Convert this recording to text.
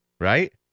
right